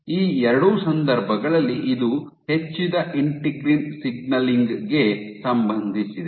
ಈ ಎರಡೂ ಸಂದರ್ಭಗಳಲ್ಲಿ ಇದು ಹೆಚ್ಚಿದ ಇಂಟಿಗ್ರಿನ್ ಸಿಗ್ನಲಿಂಗ್ ಗೆ ಸಂಬಂಧಿಸಿದೆ